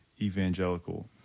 evangelical